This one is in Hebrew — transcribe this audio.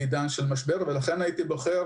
הייתי בוחר